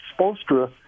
Spolstra